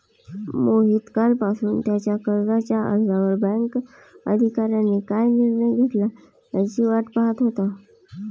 मोहित कालपासून त्याच्या कर्जाच्या अर्जावर बँक अधिकाऱ्यांनी काय निर्णय घेतला याची वाट पाहत होता